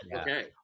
Okay